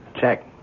Check